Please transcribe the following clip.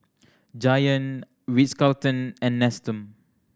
Giant Ritz Carlton and Nestum